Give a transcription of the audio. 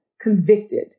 convicted